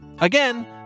Again